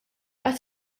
qed